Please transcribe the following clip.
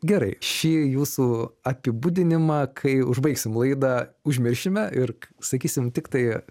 gerai šį jūsų apibūdinimą kai užbaigsim laidą užmiršime ir sakysim tiktai